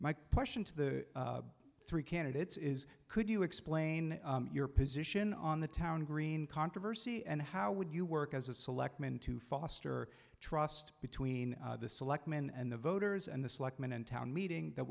my question to the three candidates is could you explain your position on the town green controversy and how would you work as a selectman to foster trust between the select men and the voters and the select men in town meeting th